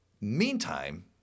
Meantime